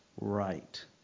right